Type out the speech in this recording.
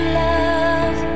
love